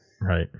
Right